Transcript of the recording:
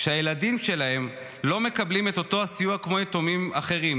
שהילדים שלהם לא מקבלים אותו סיוע כמו יתומים אחרים.